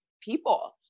people